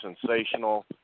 sensational